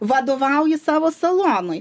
vadovauji savo salonui